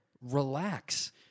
Relax